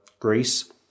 Greece